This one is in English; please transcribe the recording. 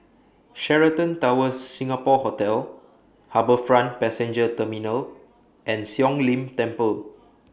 Sheraton Towers Singapore Hotel HarbourFront Passenger Terminal and Siong Lim Temple